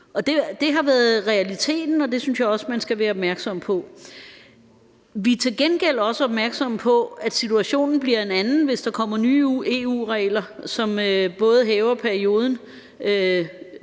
Det har været realiteten, og det synes jeg også man skal være opmærksom på. Vi er til gengæld også opmærksomme på, at situationen bliver en anden, hvis der kommer nye EU-regler, som både hæver dagpengeperioden